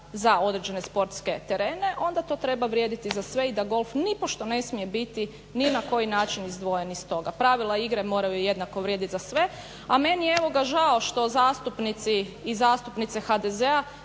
za određene sportske terene, onda to treba vrijediti za sve i da golf nipošto ne smije biti ni na koji način izdvojen iz toga. Pravila igre moraju jednako vrijediti za sve. A meni je evo ga žao što zastupnici i zastupnice HDZ-a